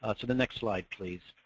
ah the next slide please.